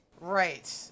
Right